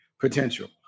potential